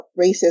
racism